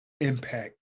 impact